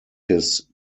his